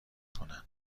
کنن